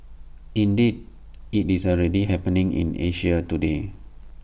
indeed IT is already happening in Asia today